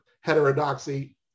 heterodoxy